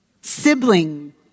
sibling